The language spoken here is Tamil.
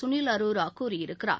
சுனில் அரோரா கூறியிருக்கிறார்